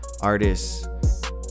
artists